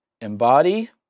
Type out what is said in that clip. embody